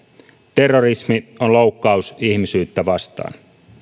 terrorismi on loukkaus ihmisyyttä vastaan